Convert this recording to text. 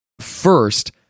First